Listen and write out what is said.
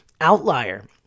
outlier